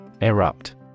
Erupt